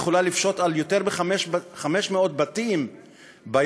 יכולה לפשוט על יותר מ-500 בתים בימים